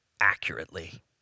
accurately